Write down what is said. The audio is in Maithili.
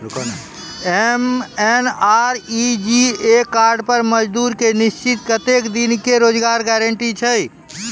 एम.एन.आर.ई.जी.ए कार्ड पर मजदुर के निश्चित कत्तेक दिन के रोजगार गारंटी छै?